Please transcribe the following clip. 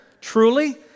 truly